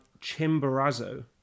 Chimborazo